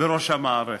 בראש המערכת.